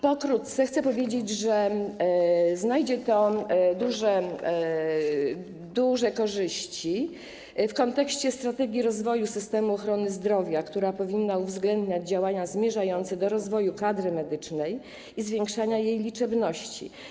Pokrótce chcę powiedzieć, że da to duże korzyści w kontekście strategii rozwoju systemu ochrony zdrowia, która powinna uwzględniać działania zmierzające do rozwoju kadry medycznej i zwiększenia jej liczebności.